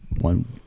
one